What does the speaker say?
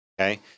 Okay